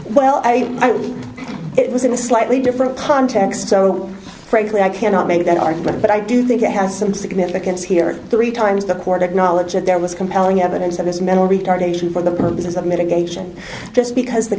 well i it was in a slightly different context so on frankly i cannot make that argument but i do think it has some significance here three times the court acknowledge that there was compelling evidence of his mental retardation for the purposes of mitigation just because the